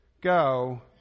go